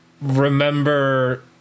remember